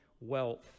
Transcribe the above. wealth